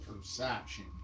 Perception